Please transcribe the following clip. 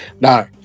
No